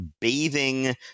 bathing